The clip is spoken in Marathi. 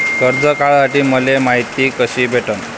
कर्ज काढासाठी मले मायती कशी भेटन?